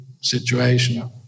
situation